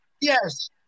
Yes